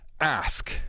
ask